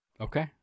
Okay